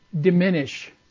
diminish